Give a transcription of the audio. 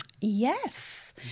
Yes